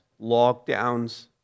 lockdowns